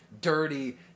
dirty